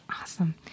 Awesome